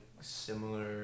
similar